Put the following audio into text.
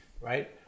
right